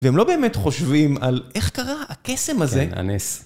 והם לא באמת חושבים על איך קרה הקסם הזה. כן, הנס.